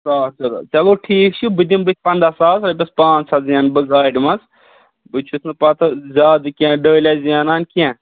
ساس چلو ٹھیٖک چھُ بہٕ دِمہٕ بتھِ پنٛداہ ساس رۄپیَس پانٛژھ ہتھ زینہٕ بہٕ گاڑِ منٛز بہٕ چھُس نہٕ پَتہٕ زیادٕ کیٚنٛہہ ڈٲلیہ زینان کینٛہہ